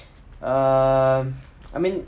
err I mean